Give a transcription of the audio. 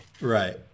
right